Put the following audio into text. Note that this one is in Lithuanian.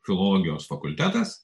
filologijos fakultetas